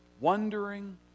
wondering